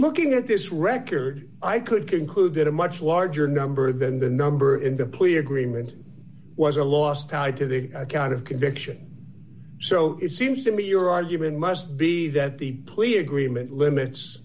looking at this record i could conclude that a much larger number than the number in the plea agreement was a loss tied to the kind of conviction so it seems to me your argument must be that the plea agreement limits